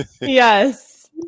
Yes